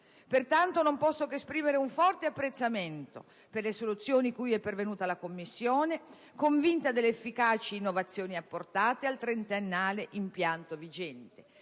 Pertanto, non posso che esprimere un forte apprezzamento per le soluzioni cui è pervenuta la Commissione, convinta delle efficaci innovazioni apportate al trentennale impianto vigente,